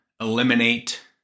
eliminate